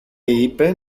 είπε